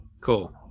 Cool